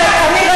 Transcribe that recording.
אתה יכול לשבת.